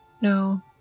No